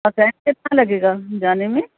اور ٹائم کتنا لگے گا جانے میں